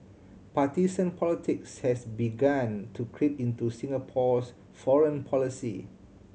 partisan politics has begun to creep into Singapore's foreign policy